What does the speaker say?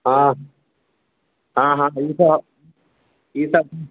हँ हँ हँ ई सभ ई सभ